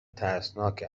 ترسناک